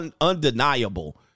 undeniable